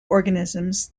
organisms